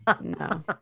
No